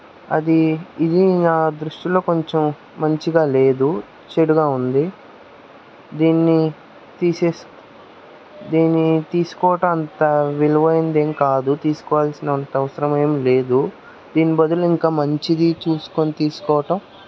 అది ఇది నా దృష్టిలో కొంచెం మంచిగా లేదు చెడుగా ఉంది దీన్ని తీసేసి దీన్ని తీసుకోవటం అంతా విలువైనది ఏమి కాదు తీసుకోవాల్సిన అంత అవసరం ఏం లేదు దీని బదులు ఇంకా మంచిది చూసుకుని తీసుకోవటం